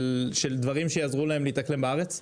של דברים שיעזרו להם להתאקלם בארץ?